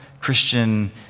Christian